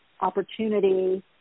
opportunity